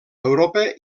europa